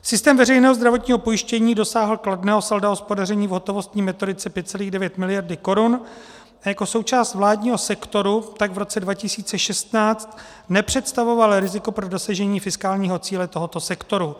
Systém veřejného zdravotního pojištění dosáhl kladného salda hospodaření v hotovostní metodice 5,9 mld. korun a jako součást vládního sektoru tak v roce 2016 nepředstavoval riziko pro dosažení fiskálního cíle tohoto sektoru.